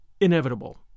inevitable